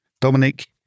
Dominic